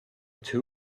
two